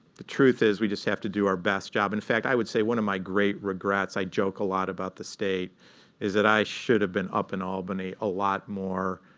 the truth is we just have to do our best job. and in fact, i would say one of my great regrets i joke a lot about the state is that i should have been up in albany a lot more,